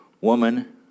Woman